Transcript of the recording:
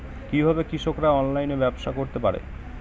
কিভাবে কৃষকরা অনলাইনে ব্যবসা করতে পারে?